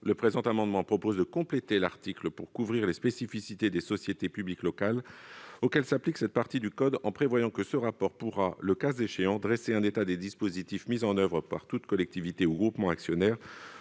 délibérante. Nous proposons de compléter l'article pour couvrir les spécificités des sociétés publiques locales auxquelles s'applique cette partie du code en prévoyant que ce rapport pourra, le cas échéant, dresser un état des dispositifs mis en oeuvre par toute collectivité ou groupement actionnaire